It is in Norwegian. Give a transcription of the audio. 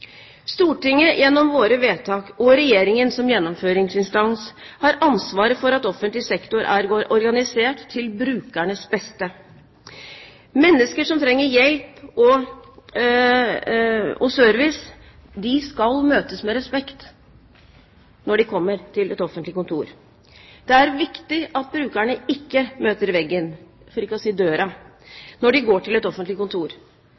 Stortinget, gjennom våre vedtak, og Regjeringen, som gjennomføringsinstans, har ansvaret for at offentlig sektor er organisert til brukernes beste. Mennesker som trenger hjelp og service, skal møtes med respekt når de kommer til et offentlig kontor. Det er viktig at brukerne ikke møter veggen, for ikke å si døra, når de går til et offentlig kontor.